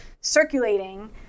circulating